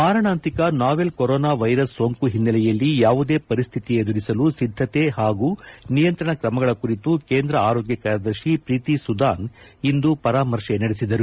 ಮಾರಣಾಂತಿಕ novel corona virus ಸೋಂಕು ಹಿನ್ನೆಲೆಯಲ್ಲಿ ಯಾವುದೇ ಪರಿಸ್ತಿತಿ ಎದುರಿಸಲು ಸಿದ್ದತೆ ಹಾಗೂ ನಿಯಂತ್ರಣ ಕ್ರಮಗಳ ಕುರಿತು ಕೇಂದ್ರ ಆರೋಗ್ಯ ಕಾರ್ಯದರ್ಶಿ ಪ್ರೀತಿ ಸುದಾನ್ ಇಂದು ಪರಾಮರ್ಶೆ ನಡೆಸಿದರು